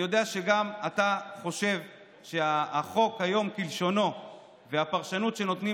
אני יודע שגם אתה חושב שהחוק כלשונו היום והפרשנות שנותנים